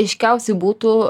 aiškiausiai būtų